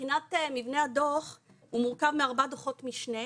מבחינת מבנה הדו"ח, הוא מורכב מארבע דוחות משנה,